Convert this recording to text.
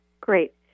Great